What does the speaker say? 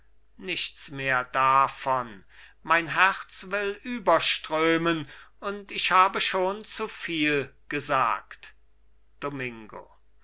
nichts mehr davon mein herz will überströmen und ich habe schon zu viel gesagt domingo